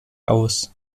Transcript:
aus